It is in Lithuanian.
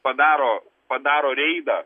padaro padaro reidą